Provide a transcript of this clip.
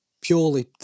purely